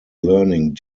learning